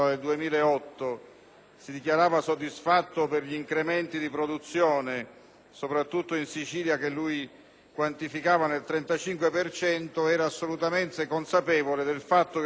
si dichiarava soddisfatto per gli incrementi di produzione riscontrati soprattutto in Sicilia, che lui quantificava nel 35 per cento, fosse assolutamente consapevole del fatto che questo incremento